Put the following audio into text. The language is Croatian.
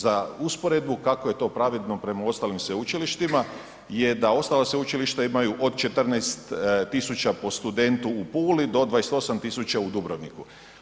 Za usporedbu kako je to pravedno prema ostalim sveučilištima, je da ostala sveučilišta imaju od 14.000 po studentu u Puli do 28.000 u Dubrovniku.